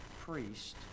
priest